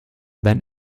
than